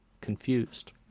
confused